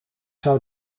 zou